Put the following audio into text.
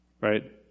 right